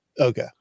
Okay